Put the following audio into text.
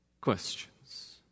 questions